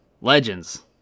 legends